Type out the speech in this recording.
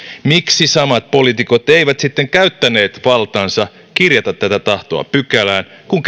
miksi samat poliitikot eivät sitten käyttäneet valtaansa kirjata tätä tahtoa pykälään kun